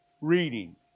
reading